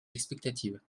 l’expectative